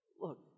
Look